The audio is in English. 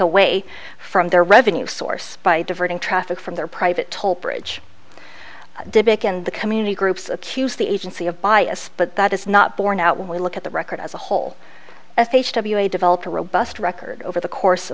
away from their revenue source by diverting traffic from their private toll bridge debate and the community groups accuse the agency of bias but that is not borne out when we look at the record as a whole has developed a robust record over the course